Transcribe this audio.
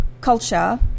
culture